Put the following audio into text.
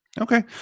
Okay